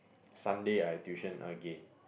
Sunday I tuition again